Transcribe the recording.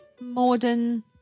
modern